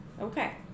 Okay